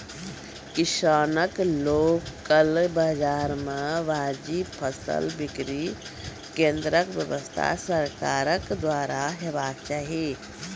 किसानक लोकल बाजार मे वाजिब फसलक बिक्री केन्द्रक व्यवस्था सरकारक द्वारा हेवाक चाही?